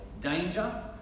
danger